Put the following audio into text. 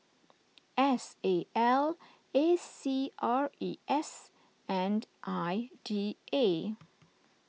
S A L A C R E S and I D A